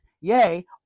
yea